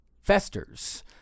festers